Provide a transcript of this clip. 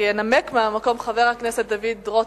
ינמק מהמקום חבר הכנסת דוד רותם.